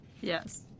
Yes